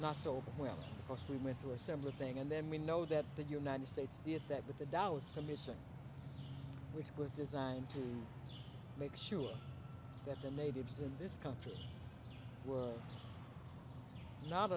overwhelming us we went through a similar thing and then we know that the united states did that with the dallas commission which was designed to make sure that the natives in this country were not